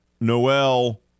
Noel